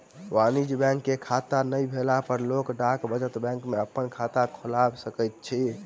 वाणिज्य बैंक के खाता नै भेला पर लोक डाक बचत बैंक में अपन खाता खोइल सकैत अछि